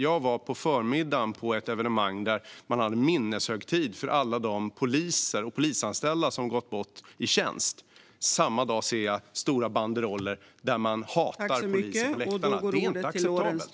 Jag var på förmiddagen på ett evenemang där det var en minneshögtid för alla poliser och polisanställda som gått bort i tjänst. Samma dag ser jag stora banderoller på läktarna som handlar om att man hatar polisen. Det är inte acceptabelt.